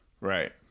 Right